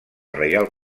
reial